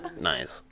Nice